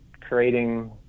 creating